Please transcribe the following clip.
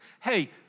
Hey